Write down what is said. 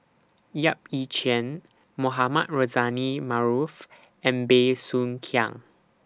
Yap Ee Chian Mohamed Rozani Maarof and Bey Soo Khiang